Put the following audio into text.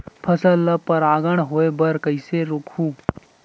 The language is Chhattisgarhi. फसल ल परागण होय बर कइसे रोकहु?